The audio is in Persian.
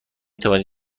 توانید